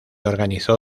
organizó